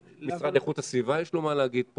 כי למשרד איכות הסביבה יש מה להגיד פה,